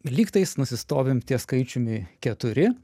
lygtais nusistovim ties skaičiumi keturi